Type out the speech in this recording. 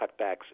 cutbacks